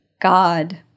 God